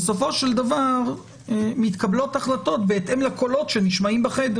שבסופו של דבר מתקבלות החלטות בהתאם לקולות שנשמעים בחדר